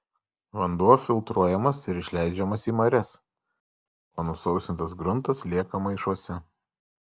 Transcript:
vanduo filtruojamas ir išleidžiamas į marias o nusausintas gruntas lieka maišuose